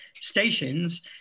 stations